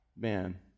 man